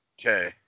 Okay